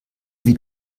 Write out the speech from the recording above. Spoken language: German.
wie